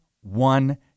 one